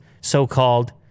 so-called